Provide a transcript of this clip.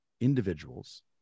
individuals